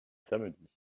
samedi